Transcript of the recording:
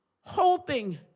hoping